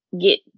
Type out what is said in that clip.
get